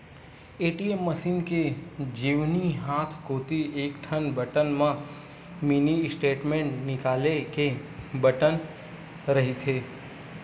ATM machine के जेवनी हाथ कोती एकठन बटन म मिनी स्टेटमेंट निकाले के बटन रहिथे